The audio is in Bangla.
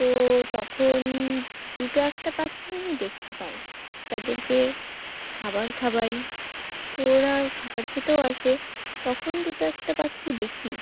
তো তখন দুটো একটা পাখি আমি দেখতে পাই তাদেরকে খাবার খাবাই তো ওরা খাবার খেতেও আসে তখন দুটো একটা পাখি দেখি